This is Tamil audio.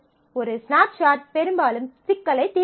ஒரு ஸ்னாப்ஷாட் பெரும்பாலும் சிக்கலை தீர்க்காது